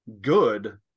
good